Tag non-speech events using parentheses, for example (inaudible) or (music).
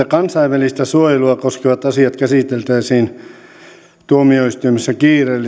(unintelligible) kansainvälistä suojelua koskevat asiat käsiteltäisiin tuomioistuimissa kiireellisinä